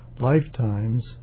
lifetimes